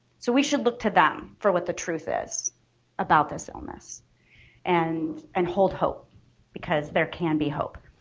so we should look to them for what the truth is about this illness and and hold hope because there can be hope.